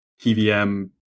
pvm